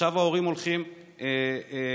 עכשיו ההורים הולכים לבקש,